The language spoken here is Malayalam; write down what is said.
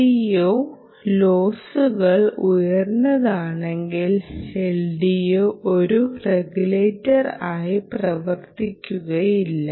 LDO ലോസുകൾ ഉയർന്നതാണെങ്കിൽ LDO ഒരു റെഗുലേറ്റർ ആയി പ്രവർത്തിക്കുകയില്ല